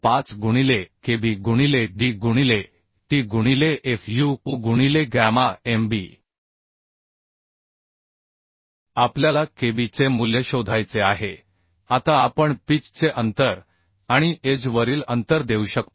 5 गुणिले kb गुणिले d गुणिले t गुणिले fu गुणिले गॅमा mb आपल्याला kb चे मूल्य शोधायचे आहे आता आपण पिचचे अंतर आणि काठावरील अंतर देऊ शकतो